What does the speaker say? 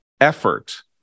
effort